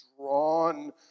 drawn